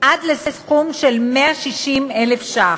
עד לסכום של 160,000 ש"ח,